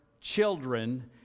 children